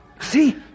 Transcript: see